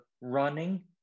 running